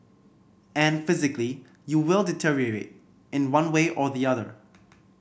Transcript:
and physically you will deteriorate in one way or the other